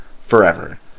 forever